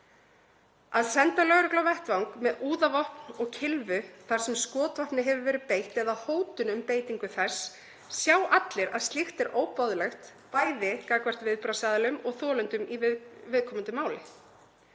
Að senda lögreglu á vettvang með úðavopn og kylfu þar sem skotvopni hefur verið beitt eða hótun um beitingu þess sjá allir að er óboðlegt, bæði gagnvart viðbragðsaðilum og þolendum í viðkomandi máli.